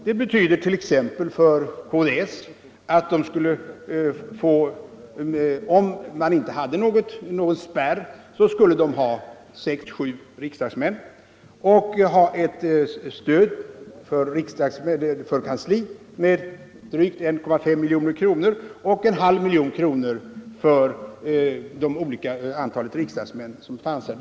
Det betyder t.ex. för KDS att om det inte hade funnits någon spärr så skulle det partiet ha haft sex eller sju riksdagsledamöter och därmed ett stöd för kansliet med drygt 1,5 milj.kr. och dessutom en halv miljon kronor för det antal mandat partiet kommit upp till här i riksdagen.